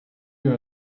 your